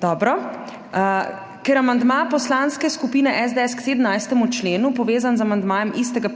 Dobro. Ker je amandma Poslanske skupine SDS k 17. členu povezan z amandmajem istega